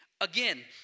again